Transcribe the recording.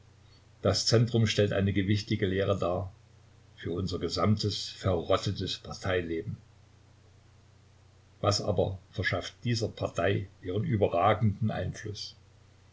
das zentrum stellt eine gewichtige lehre dar für unser gesamtes verrottetes parteileben was aber verschafft dieser partei ihren überragenden einfluß